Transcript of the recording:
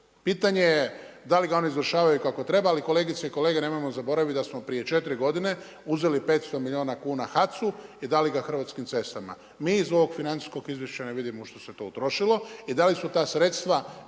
Pitanje je da li ga oni izvršavaju kako treba? Ali kolegice i kolege nemojmo zaboraviti da smo prije 4 godine, uzeli 500 milijuna kuna HAC-u i dali ga Hrvatskim cestama. Mi iz ovog financijskog izvještaja ne vidimo u što se to utrošilo i da li su ta sredstva